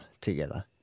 together